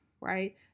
right